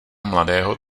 mladého